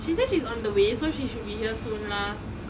she says she's on the way so she should be here soon lah